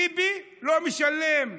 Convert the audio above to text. ביבי לא משלם,